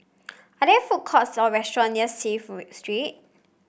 are there food courts or restaurants near Clive Street